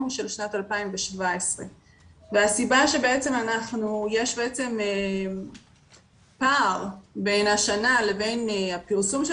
הוא של שנת 2017. הסיבה לכך שיש פער בין השנה לבין הפרסום של